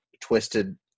twisted